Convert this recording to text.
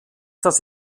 das